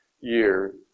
year